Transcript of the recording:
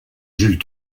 jules